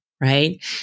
right